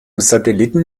satelliten